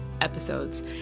episodes